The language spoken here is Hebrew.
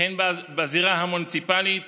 הן בזירה המוניציפלית